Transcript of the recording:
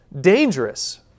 dangerous